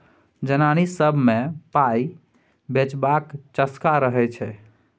जनानी सब मे पाइ बचेबाक चस्का रहय छै